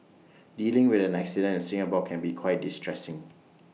dealing with an accident in Singapore can be quite distressing